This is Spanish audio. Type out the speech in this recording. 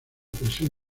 presión